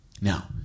Now